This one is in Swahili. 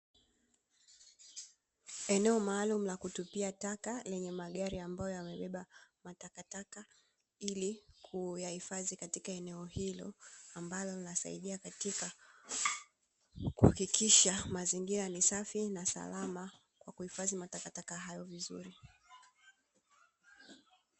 Eneo maalumu la kutupia taka lenye magari ambayo yamebeba matatakataka, ili kuyahifadhi katika eneo hilo, ambalo linasaidia katika kuhakikisha mazingira ni safi na salama, kuhifadhi matakataka hayo vizuri.